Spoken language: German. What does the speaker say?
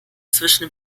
zwischen